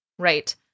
Right